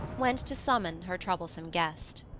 went to summon her troublesome guest.